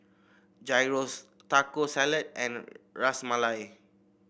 Gyros Taco Salad and Ras Malai